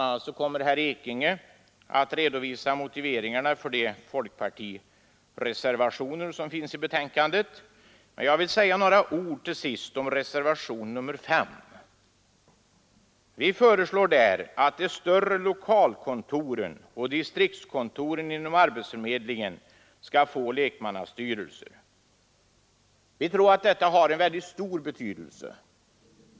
a. kommer herr Ekinge att redovisa motiveringarna för de folkpartireservationer som finns i betänkandet. Jag vill säga några ord till sist om reservation nr 5. Vi föreslår där att de större lokalkontoren och distriktskontoren inom arbetsförmedlingen skall få lekmannastyrelser. Vi tror att detta har mycket stor betydelse.